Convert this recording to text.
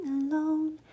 alone